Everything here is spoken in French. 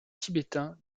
tibétain